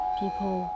people